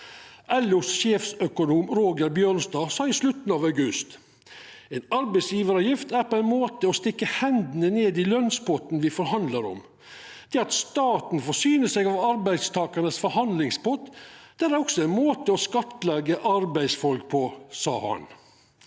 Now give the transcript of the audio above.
LOs sjeføkonom Roger Bjørnstad sa i slutten av august: «En arbeidsgiveravgift er på mange måter å stikke hendene ned i lønnspotten vi forhandler om. Det at staten forsyner seg av arbeidstagernes forhandlingspott, det er også en måte å skattlegge arbeidsfolk på.» Både